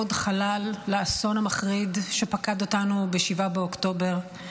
עוד חלל לאסון המחריד שפקד אותנו ב-7 באוקטובר.